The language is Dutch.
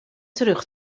terug